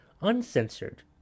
uncensored